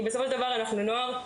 כי בסופו של דבר אנחנו נוער,